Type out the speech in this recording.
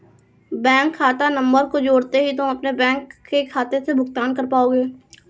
bank खाता number को जोड़ते ही तुम अपने बैंक खाते से भुगतान कर पाओगे